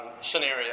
scenario